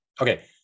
okay